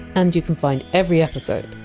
and you can find every episode,